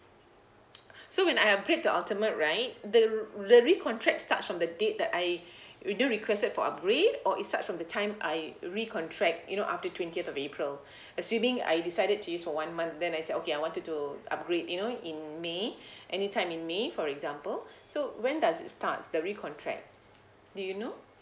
so when I upgrade to ultimate right the the recontract starts from the date that I re~ didn't request it for upgrade or it starts from the time I recontract you know after twentieth of april assuming I decided to use for one month then I said okay I wanted to upgrade you know in may anytime in may for example so when does it start the recontract do you know